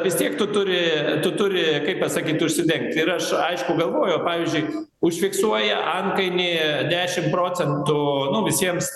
vis tiek tu turi tu turi kaip pasakyt užsidengt ir aš aišku galvoju o pavyzdžiui užfiksuoja antkainį dešim procentų nu visiems